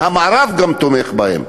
וגם המערב תומך בהם.